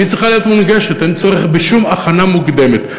צריכה להיות מונגשת אין צורך בשום הכנה מוקדמת.